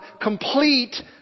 complete